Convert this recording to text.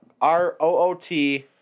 R-O-O-T